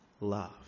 love